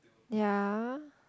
ya